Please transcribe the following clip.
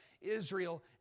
Israel